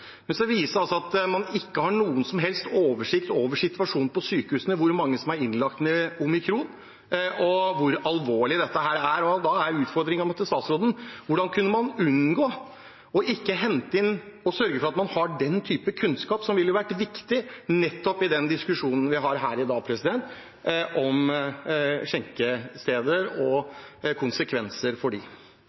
men det viser seg at man ikke har noen som helst oversikt over situasjonen på sykehusene når det gjelder hvor mange som er innlagt med omikron, og hvor alvorlig dette er. Da er utfordringen min til statsråden: Hvordan kunne man unngå å sørge for at man hadde denne typen kunnskap, som ville vært viktig i nettopp den diskusjonen vi har her i dag, om skjenkesteder og konsekvensene for